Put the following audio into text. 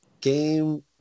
game